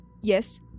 yes